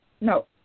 No